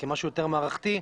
כמשהו יותר מערכתי,